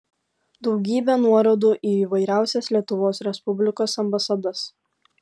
daugybė nuorodų į įvairiausias lietuvos respublikos ambasadas